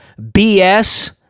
BS